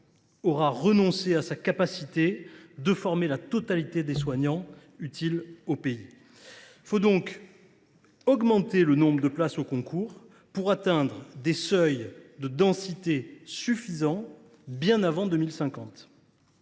aura renoncé à sa capacité de former la totalité des soignants utiles au pays. Il faut donc augmenter le nombre de places au concours, pour atteindre des seuils de densité suffisants bien avant 2050.